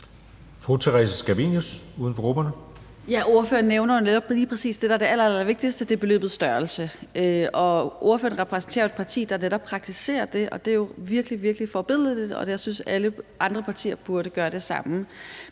Theresa Scavenius (UFG): Ordføreren nævner jo netop lige præcis det, der er det allerallervigtigste, og det er beløbets størrelse. Ordføreren repræsenterer jo et parti, der netop praktiserer det, og det er jo virkelig, virkelig forbilledligt, og jeg synes, alle andre partier burde gøre det samme.